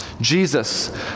Jesus